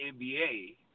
NBA